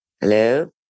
Hello